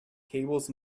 cables